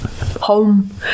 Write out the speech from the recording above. home